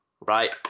Right